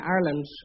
Ireland